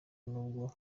n’ubwo